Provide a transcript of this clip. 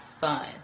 fun